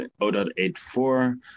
0.84